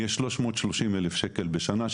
יהיה שלוש מאות שלושים אלף שקל בשנה,